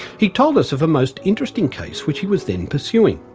he told us of a most interesting case, which he was then pursuing.